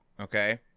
Okay